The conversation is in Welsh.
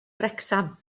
wrecsam